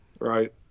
right